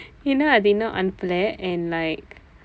ஏன் என்றால் அதை இன்னும் அனுப்பல:een enraal athai innum anuppala and like